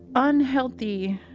unhealthy